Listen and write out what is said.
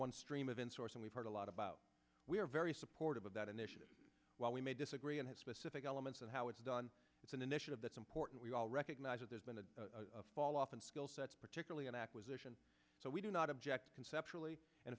one stream of insourcing we've heard a lot about we are very supportive of that initiative while we may disagree and have specific elements of how it's done it's an initiative that's important we all recognize that there's been a fall off in skill sets particularly in acquisition so we do not object